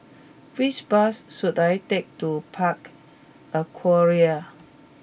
which bus should I take to Park Aquaria